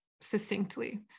succinctly